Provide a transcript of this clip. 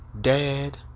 dad